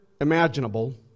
imaginable